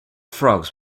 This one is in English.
frogs